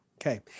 Okay